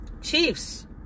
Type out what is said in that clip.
Chiefs